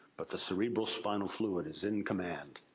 but the cerebrospinal fluid is in command.